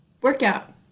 workout